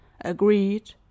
Agreed